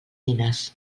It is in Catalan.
nines